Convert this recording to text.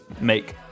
make